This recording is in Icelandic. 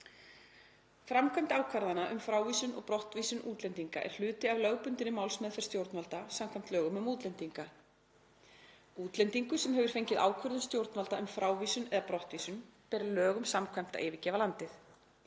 „Framkvæmd ákvarðana um frávísun og brottvísun útlendinga er hluti af lögbundinni málsmeðferð stjórnvalda samkvæmt lögum um útlendinga. Útlendingi sem hefur fengið ákvörðun stjórnvalda um frávísun eða brottvísun ber lögum samkvæmt að yfirgefa landið.